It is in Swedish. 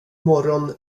morgon